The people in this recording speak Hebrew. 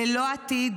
ללא עתיד,